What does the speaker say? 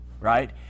right